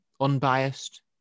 unbiased